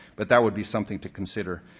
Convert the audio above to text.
but that would be something to consider.